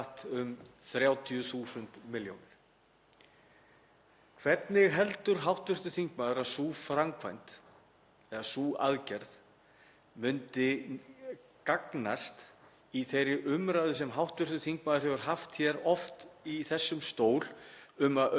myndi gagnast í þeirri umræðu sem hv. þingmaður hefur oft haft hér uppi í þessum stól um að auka fjölbreytileika og fjölga hér bankastofnunum og fá erlenda banka til Íslands til þess að auka samkeppni? Heldur hv. þingmaður að slík